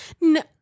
no